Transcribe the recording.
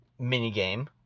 minigame